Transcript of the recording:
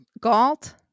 Galt